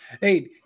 Hey